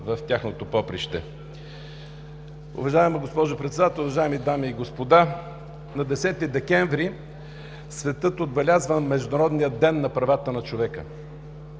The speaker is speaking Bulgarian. в тяхното поприще! Уважаема госпожо Председател, уважаеми дами и господа! На 10 декември светът отбелязва Международния ден на правата на човека.